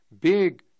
big